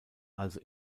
also